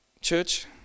Church